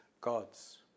gods